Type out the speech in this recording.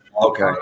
Okay